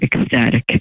ecstatic